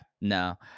no